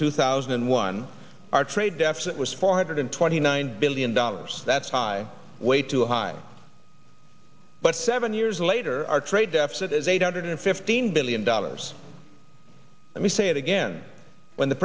two thousand and one our trade deficit was four hundred twenty nine billion dollars that's high way too high but seven years later our trade deficit is eight hundred fifteen billion dollars let me say it again when the